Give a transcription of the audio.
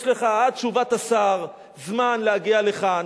יש לך עד תשובת השר זמן להגיע לכאן,